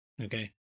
Okay